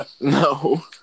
No